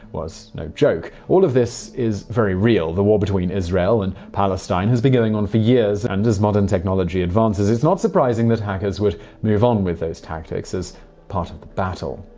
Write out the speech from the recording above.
was no joke. all of this is very real. the war between israel and palestine has been going on for years, and as modern technology advances, it's not surprising that hackers would move on with those tactics as part of the battle.